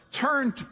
turned